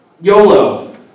YOLO